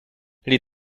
les